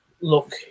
Look